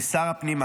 כשר הפנים,